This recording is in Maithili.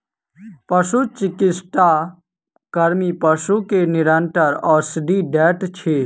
पशुचिकित्सा कर्मी पशु के निरंतर औषधि दैत अछि